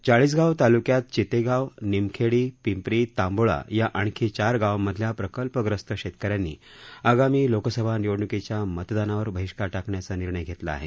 चाळीसगाव ताल्क्यात चितेगाव निमखेडी पिंपरी तांबोळा या आणखी चार गावांमधल्या प्रकल्पग्रस्त शेतकऱ्यांनी आगामी लोकसभा निवडण्कीच्या मतदानावर बहिष्कार टाकण्याचा निर्णय घेतला आहे